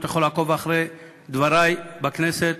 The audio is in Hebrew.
אתה יכול לעקוב אחרי דברי בכנסת